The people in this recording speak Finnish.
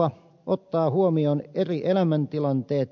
se ottaa huomioon eri elämäntilanteet